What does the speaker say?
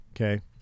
Okay